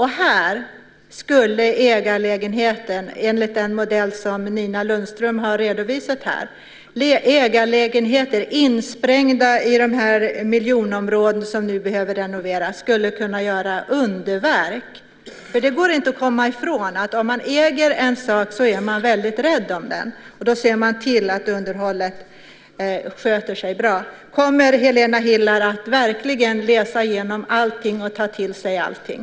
Här skulle ägarlägenheter enligt den modell som Nina Lundström har redovisat - ägarlägenheter insprängda i de miljonprogramsområden som nu behöver renoveras - kunna göra underverk. Det går inte att komma ifrån att om man äger en sak så är man väldigt rädd om den. Då ser man till att underhållet sköts bra. Kommer Helena Hillar Rosenqvist att verkligen läsa igenom allting och ta till sig allting?